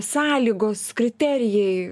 sąlygos kriterijai